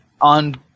on